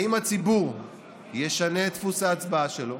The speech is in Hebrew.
אם הציבור ישנה את דפוסי ההצבעה שלו